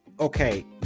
okay